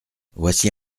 voici